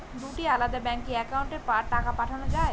দুটি আলাদা ব্যাংকে অ্যাকাউন্টের টাকা পাঠানো য়ায়?